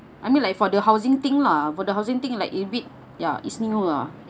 I mean like for the housing thing lah for the housing thing like you bid ya is new lah